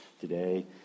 today